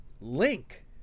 Link